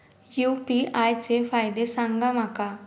UPI चे फायदे सांगा माका?